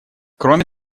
кроме